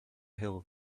hill